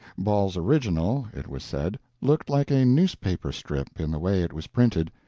ball's original, it was said, looked like a newspaper strip in the way it was printed,